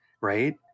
right